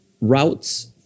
routes